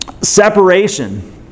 separation